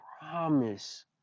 promise